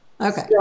Okay